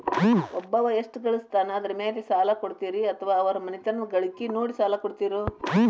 ಒಬ್ಬವ ಎಷ್ಟ ಗಳಿಸ್ತಾನ ಅದರ ಮೇಲೆ ಸಾಲ ಕೊಡ್ತೇರಿ ಅಥವಾ ಅವರ ಮನಿತನದ ಗಳಿಕಿ ನೋಡಿ ಸಾಲ ಕೊಡ್ತಿರೋ?